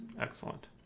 Excellent